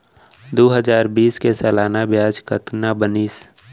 दू हजार बीस के सालाना ब्याज कतना बनिस?